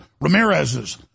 Ramirez's